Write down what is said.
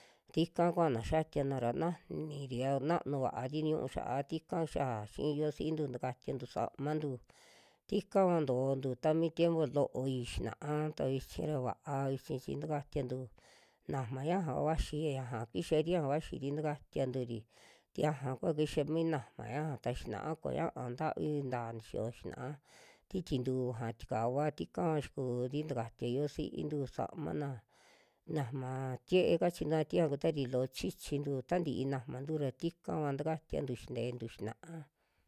Tika kuana xiatiana ra najaniri ra nanu vaari ñu'u xa'a tika xia xi'i yuvasintu, takatiantu samantu, tikava ntootu ta mi tiempo looi xinaa ta vichi ra va'a vichi chi takatiantu najma ñaja vaxi ya ñaja kixari ñaja vaxiri tikatianturi, tiaja kua kixa mi najma ñaja ta xinaa koñaa ntavinta nixiyo xinaa, ti tintuu aja tikavua kivaa xiku'ri tikatia yuvasintu samana, najma tiee kachina tiaja kutari loo chichintu ta ntii najmantu ra tikava takatiantu xintentu xinaa.